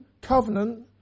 covenant